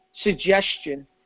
suggestion